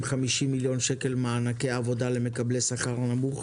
מיליון שקל מענקי עבודה למקבלי שכר נמוך,